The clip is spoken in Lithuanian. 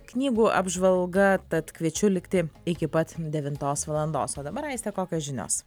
knygų apžvalga tad kviečiu likti iki pat devintos valandos o dabar aiste kokios žinios